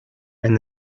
and